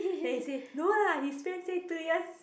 then he say no lah his friend say two years